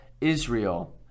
Israel